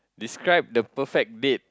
describe the perfect date